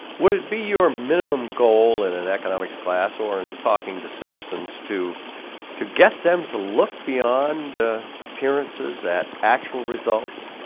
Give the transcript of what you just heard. would it be your minimum goal in an economics class or in talking to citizens to to get them to look beyond appearances at actual results?